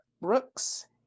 Brooks